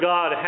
God